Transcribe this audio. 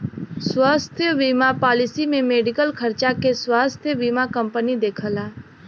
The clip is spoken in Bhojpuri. स्वास्थ्य बीमा पॉलिसी में मेडिकल खर्चा के स्वास्थ्य बीमा कंपनी देखला